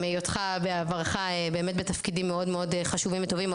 היותך בעברך באמת בתפקידים מאוד מאוד חשובים וטובים,